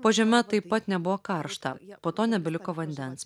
po žeme taip pat nebuvo karšta po to nebeliko vandens